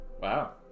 Wow